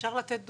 אפשר לתת דוגמה.